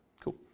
Cool